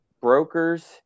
brokers